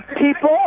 People